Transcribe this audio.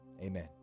amen